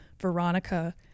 Veronica